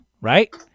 right